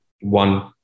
one